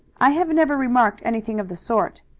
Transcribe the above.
i have never remarked anything of the sort,